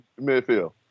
midfield